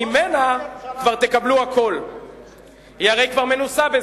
אומרת לפלסטינים ולאמריקנים: